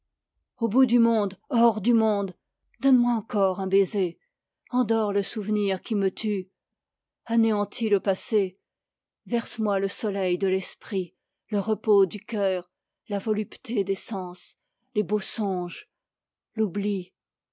au bout du monde hors du monde donne-moi encore un baiser endors le souvenir qui me tue anéantis le passé verse-moi le sommeil de l'esprit la volupté les beaux songes l'oubli